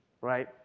right